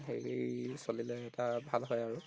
হেৰি চলিলে এটা ভাল হয় আৰু